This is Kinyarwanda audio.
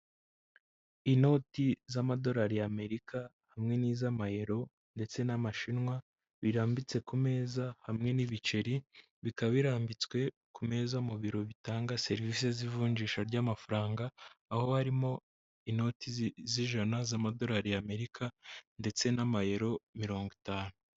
Inoti z'amadolari y'Amerika hamwe n'iz'amayero ndetse n'amashinwa, birambitse ku meza hamwe n'ibiceri, bikaba birambitswe ku meza mu biro bitanga serivisi z'ivunjisha ry'amafaranga, aho harimo inoti z'ijana z'amadolari y'amerika ndetse n'amayero mirongo itanu.